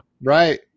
Right